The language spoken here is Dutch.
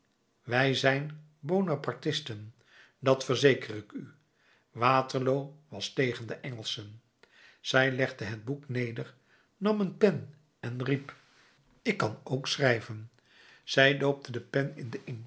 wij zijn bonapartisten dat verzeker ik u waterloo was tegen de engelschen zij legde het boek neder nam een pen en riep ik kan ook schrijven zij doopte de pen